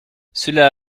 cela